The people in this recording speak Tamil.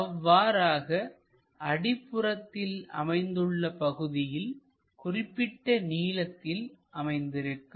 அவ்வாறாகவே அடிப்புறத்தில் அமைந்துள்ள பகுதியில் குறிப்பிட்ட நீளத்தில் அமைந்திருக்கும்